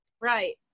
Right